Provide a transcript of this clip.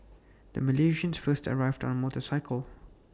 the Malaysians first arrived on A motorcycle